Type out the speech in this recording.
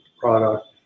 product